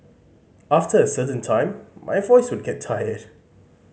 after a certain time my voice would get tired